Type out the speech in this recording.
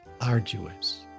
arduous